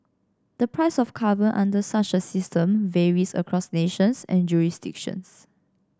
the price of carbon under such a system varies across nations and jurisdictions